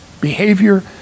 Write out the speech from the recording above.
behavior